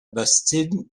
bastide